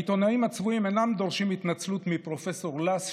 העיתונאים הצבועים אינם דורשים התנצלות מפרופ' לס,